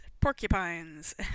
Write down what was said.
porcupines